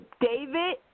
David